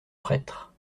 prêtre